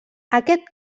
aquest